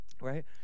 Right